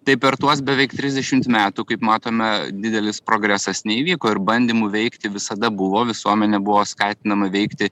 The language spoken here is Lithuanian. tai per tuos beveik trisdešimt metų kaip matome didelis progresas neįvyko ir bandymų veikti visada buvo visuomenė buvo skatinama veikti